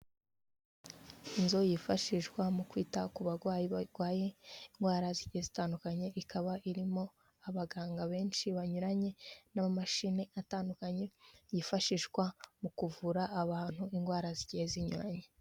Inzu yifashishwa mu kwita ku barwayi barwaye indwara zigiye zitandukanye ikaba irimo abaganga benshi banyuranye n'amamashami atandukanye yifashishwa mu kuvura abantu indwara zigiye zinyuranye.